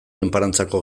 enparantzako